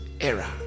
era